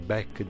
Back